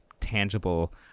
tangible